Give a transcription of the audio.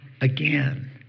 again